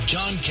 John